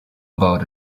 about